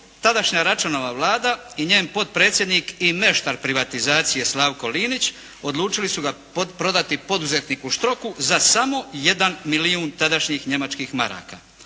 tadašnja Račanova vlada i njen potpredsjednik i meštar privatizacije Slavko Linić, odlučili su ga prodati poduzetniku Štroku za samo jedan milijun tadašnjih njemačkih maraka.